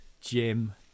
Jim